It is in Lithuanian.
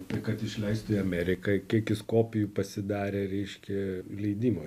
tai kad išleist į ameriką kiek jis kopijų pasidarė reiškia leidimui